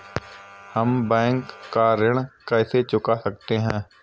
हम बैंक का ऋण कैसे चुका सकते हैं?